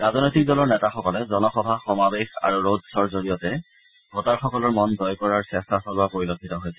ৰাজনৈতিক দলৰ নেতাসকলে জনসভা সমাৱেশ আৰু ৰোডধ্বৰ জৰিয়তে ভোটাৰসকলৰ মন জয় কৰাৰ চেষ্টা চলোৱা পৰিলক্ষিত হৈছে